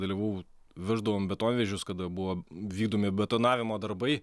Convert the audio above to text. dalyvavau veždavom betonvežius kada buvo vykdomi betonavimo darbai